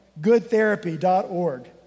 goodtherapy.org